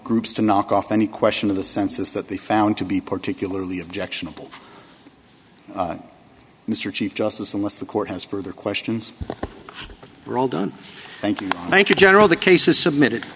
groups to knock off any question of the census that they found to be particularly objectionable mr chief justice unless the court has further questions were all done thank you thank you general the case is submitted